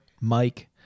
Mike